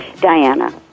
Diana